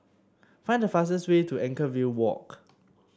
find the fastest way to Anchorvale Walk